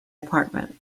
apartment